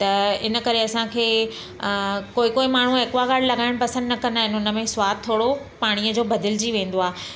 त इन करे असांखे कोई कोई माण्हू ऐक्वागाड लॻाइण पसंदि न कंदा आहिनि उनमें सवादु थोरो पाणीअ जो बदिलजी वेंदो आहे